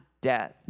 death